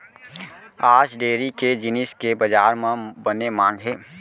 आज डेयरी के जिनिस के बजार म बने मांग हे